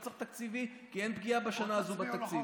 בוא תצביעו לחוק.